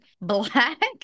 black